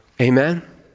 Amen